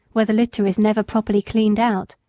where the litter is never properly cleaned out.